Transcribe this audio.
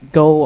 go